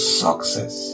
success